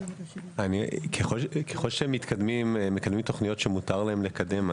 ככל שהם מקדמים תוכניות שמותר להם לקדם,